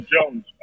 Jones